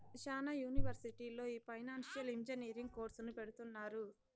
శ్యానా యూనివర్సిటీల్లో ఈ ఫైనాన్సియల్ ఇంజనీరింగ్ కోర్సును పెడుతున్నారు